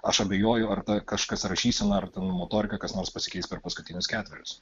aš abejoju ar kažkas rašysena ar ten motorika kas nors pasikeis per paskutinius ketverius